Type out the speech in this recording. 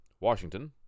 Washington